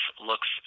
looks